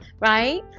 right